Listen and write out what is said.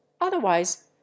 otherwise